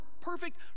Perfect